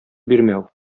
бирмәү